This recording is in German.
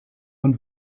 von